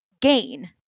gain